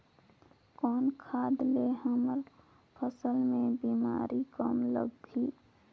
कौन खाद ले हमर फसल मे बीमारी कम लगही?